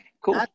cool